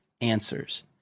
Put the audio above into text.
answers